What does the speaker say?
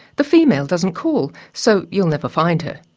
the female doesn't call, so you'll never find her.